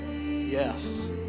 Yes